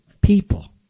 people